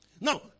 Now